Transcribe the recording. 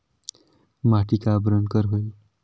माटी का बरन कर होयल?